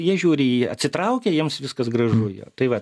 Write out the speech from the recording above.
jie žiūri į jį atsitraukę jiems viskas gražu jo tai va